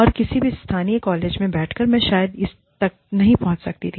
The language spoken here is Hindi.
और किसी भी स्थानीय कॉलेज में बैठकर मैं शायद इस तक पहुंच नहीं सकती थी